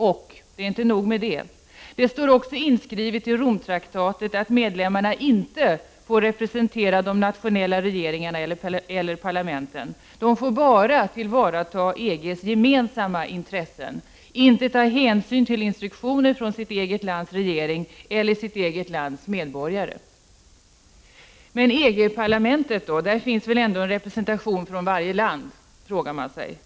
Och inte nog med det, det står också inskrivet i Romtraktatet att medlemmarna inte får representera de nationella regeringarna eller parlamenten. De får bara tillvarata EG:s gemensamma intressen, inte ta hänsyn till instruktioner från sitt eget lands regering eller sitt eget lands medborgare. Men EG-parlamentet då, där finns väl ändå en representation från varje land? frågar man sig.